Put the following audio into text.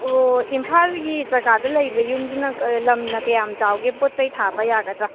ꯑꯣ ꯏꯝꯐꯥꯜꯒꯤ ꯖꯒꯥꯗ ꯂꯩꯕ ꯌꯨꯝꯗꯨꯅ ꯂꯝꯅ ꯀꯌꯥꯝ ꯆꯥꯎꯒꯦ ꯄꯣꯠ ꯆꯩ ꯊꯥꯕ ꯌꯥꯒꯗ꯭ꯔꯥ